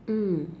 mm